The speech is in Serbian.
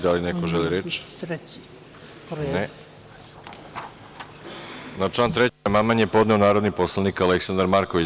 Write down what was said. Da li neko želi reč? (Ne) Na član 3. amandman je podneo narodni poslanik Aleksandar Marković.